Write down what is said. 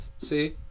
See